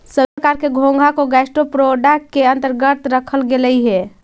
सभी प्रकार के घोंघा को गैस्ट्रोपोडा के अन्तर्गत रखल गेलई हे